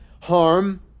harm